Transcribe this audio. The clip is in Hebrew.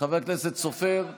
חבר הכנסת סופר,